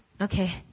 okay